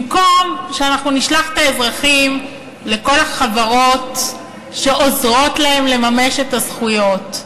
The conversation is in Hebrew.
במקום שאנחנו נשלח את האזרחים לכל החברות שעוזרות להם לממש את הזכויות,